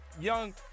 young